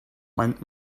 meint